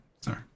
Sorry